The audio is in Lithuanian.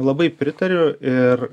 labai pritariu ir